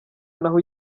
naho